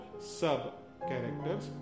sub-characters